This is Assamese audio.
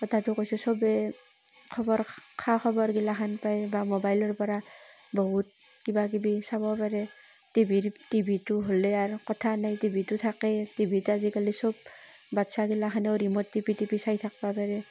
কথাটো কৈছোঁ চবে খবৰ খা খবৰ গিলাখান পায় বা ম'বাইলৰ পৰা বহুত কিবাকিবি চাব পাৰে টিভিৰ টিভিটো হ'লেই আৰ কথা নাই টিভিটো থাকেই টিভিত আজিকালি চব বাচ্ছা গিলাখানেও ৰিম'ট টিপি টিপি চাই থাকিব পাৰে